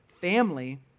family